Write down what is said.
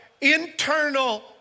internal